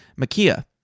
Makia